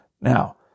Now